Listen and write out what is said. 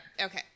okay